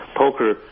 poker